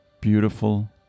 beautiful